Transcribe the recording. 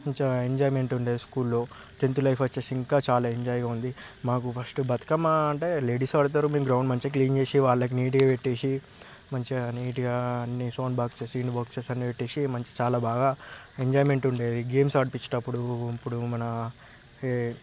మంచిగా ఎంజాయ్మెంట్ ఉండేది స్కూల్లో టెన్త్ లైఫ్ వచ్చేసి ఇంకా చాలా ఎంజాయ్గా ఉంది మాకు ఫస్ట్ బతుకమ్మ అంటే లేడీస్ ఆడతారు మేము గ్రౌండ్ మంచిగా క్లీన్ చేసి వాళ్ళకి నీటుగా పెట్టేసి మంచిగా నీటుగా అన్ని సౌండ్ బాక్సస్ అన్ని బాక్సస్ అన్ని పెట్టేసి మంచి చాలా బాగా ఎంజాయ్మెంట్ ఉండేది గేమ్స్ ఆడించేటపుడు అప్పుడు మన